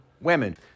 women